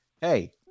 Hey